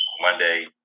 Monday